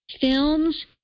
films